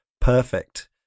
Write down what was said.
Perfect